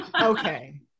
Okay